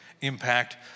impact